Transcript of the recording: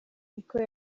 niko